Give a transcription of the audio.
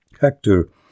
Hector